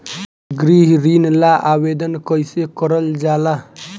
गृह ऋण ला आवेदन कईसे करल जाला?